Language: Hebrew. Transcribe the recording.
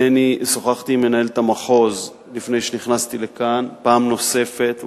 שוחחתי עם מנהלת המחוז לפני שנכנסתי לכאן פעם נוספת,